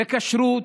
בכשרות,